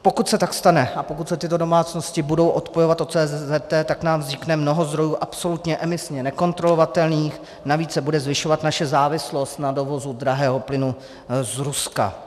Pokud se tak stane a pokud se tyto domácnosti budou odpojovat od CZT, tak nám vznikne mnoho zdrojů absolutně emisně nekontrolovatelných, navíc se bude zvyšovat naše závislost na dovozu drahého plynu z Ruska.